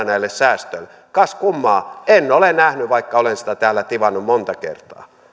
näille säästöille kas kummaa en ole nähnyt vaikka olen sitä täällä tivannut monta kertaa